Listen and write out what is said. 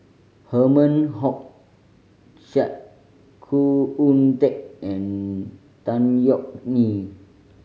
Herman Hochstadt Khoo Oon Teik and Tan Yeok Nee